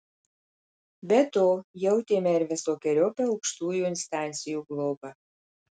be to jautėme ir visokeriopą aukštųjų instancijų globą